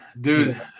Dude